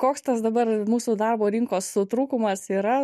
koks tas dabar mūsų darbo rinkos su trūkumas yra